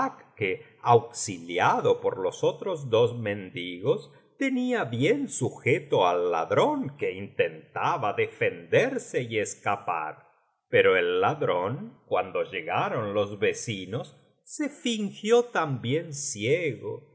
que auxiliado por los otros dos mendigos tenía bien sujeto al ladrón que intentaba defenderse y escapar pero el ladrón cuando llegaron los vecinos se fingió también ciego y